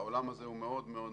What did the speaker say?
העולם הזה מאוד מאוד דינמי.